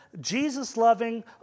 Jesus-loving